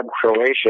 Croatia